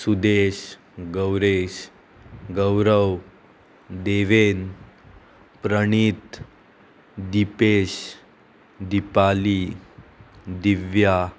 Sudesh Gauresh Gaurav Devend Pranit Dipesh Dipali Divya